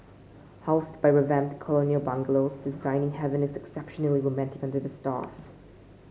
housed by revamped colonial bungalows this dining haven is exceptionally romantic under the stars